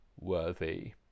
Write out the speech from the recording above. worthy